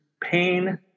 pain